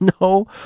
No